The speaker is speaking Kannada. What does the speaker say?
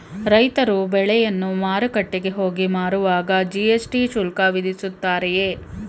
ರೈತರು ಬೆಳೆಯನ್ನು ಮಾರುಕಟ್ಟೆಗೆ ಹೋಗಿ ಮಾರುವಾಗ ಜಿ.ಎಸ್.ಟಿ ಶುಲ್ಕ ವಿಧಿಸುತ್ತಾರೆಯೇ?